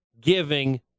giving